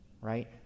right